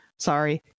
Sorry